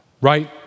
right